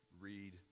read